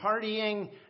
partying